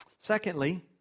Secondly